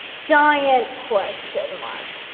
giant question mark.